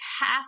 half